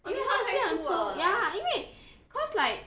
因为它的线很粗 ya 因为 because like